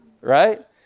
Right